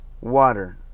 water